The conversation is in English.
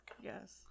Yes